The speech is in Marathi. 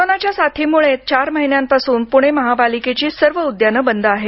कोरोनाच्या साथीमुळे तब्बल चार महिन्यांपासून पुणे महापालिकेची सर्व उद्याने बंद आहेत